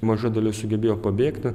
maža dalis sugebėjo pabėgti